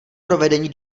provedení